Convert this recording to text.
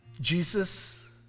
Jesus